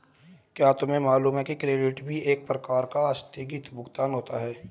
क्या तुम्हें मालूम है कि क्रेडिट भी एक प्रकार का आस्थगित भुगतान होता है?